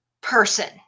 person